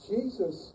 Jesus